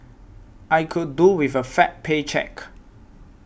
I could do with a fat paycheck